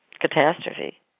catastrophe